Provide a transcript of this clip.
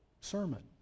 sermon